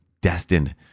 destined